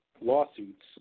lawsuits